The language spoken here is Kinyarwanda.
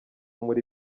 muri